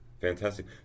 Fantastic